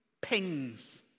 pings